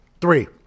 three